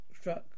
struck